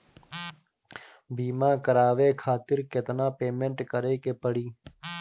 बीमा करावे खातिर केतना पेमेंट करे के पड़ी?